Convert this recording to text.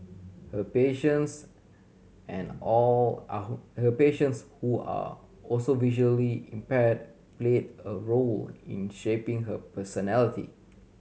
her patients and all are who her patients who are also visually impaired played a role in shaping her personality